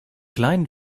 kleinen